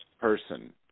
person